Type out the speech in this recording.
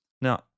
Now